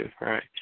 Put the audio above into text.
right